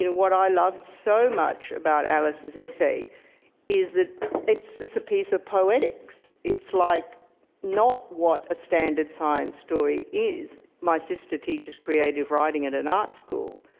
you know what i loved so much about alice's alice's essay is that it's it's a piece of poetics. it's like not what a standard science story is. my sister teaches creative writing at an art school.